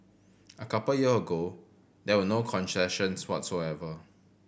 a couple year ago there were no concessions whatsoever